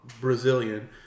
Brazilian